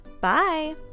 Bye